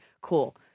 Cool